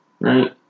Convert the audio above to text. right